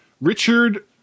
Richard